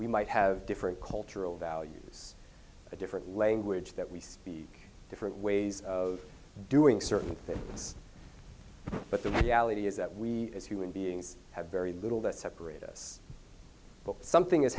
we might have different cultural values a different language that we speak different ways of doing certain things but the reality is that we as human beings have very little that separate us but something has